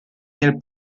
nel